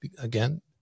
again